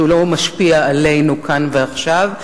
שהוא לא משפיע עלינו כאן ועכשיו,